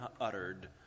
uttered